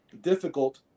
difficult